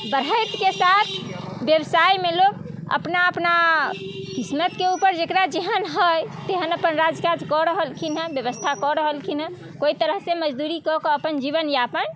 बढ़ैतके साथ व्यवसायमे लोग अपना अपना किस्मतके ऊपर जेकरा जेहन हइ तेहन अपन राज काज कऽ रहलखिन हँ व्यवस्था कऽ रहलखिन हँ कोइ तरहसँ मजदूरी कऽके अपन जीवनयापन